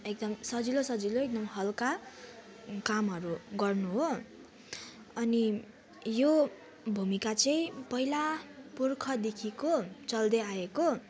एकदम सजिलो सजिलै एकदम हल्का कामहरू गर्नु हो अनि यो भूमिका चाहिँ पहिला पुर्खादेखिको चल्दै आएको